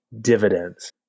dividends